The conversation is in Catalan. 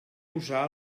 usar